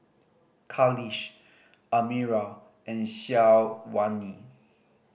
Khalish Amirah and Syazwani